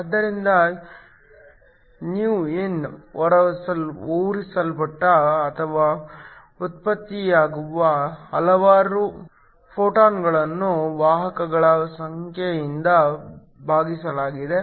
ಆದ್ದರಿಂದ ηin ಹೊರಸೂಸಲ್ಪಟ್ಟ ಅಥವಾ ಉತ್ಪತ್ತಿಯಾಗುವ ಹಲವಾರು ಫೋಟಾನ್ಗಳನ್ನು ವಾಹಕಗಳ ಸಂಖ್ಯೆಯಿಂದ ಭಾಗಿಸಲಾಗಿದೆ